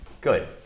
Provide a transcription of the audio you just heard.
Good